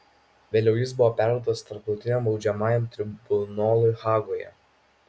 vėliau jis buvo perduotas tarptautiniam baudžiamajam tribunolui hagoje